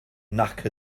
nac